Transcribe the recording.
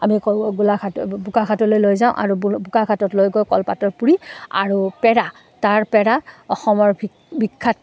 আমি গোলাঘাট বোকাখাটলৈ লৈ যাওঁ আৰু বোকাখাটত লৈ গৈ কলপাতৰ পুৰি আৰু পেৰা তাৰ পেৰা অসমৰ ভি বিখ্যাত